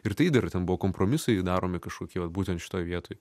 ir tai dar ten buvo kompromisai daromi kažkokie vat būtent šitoj vietoj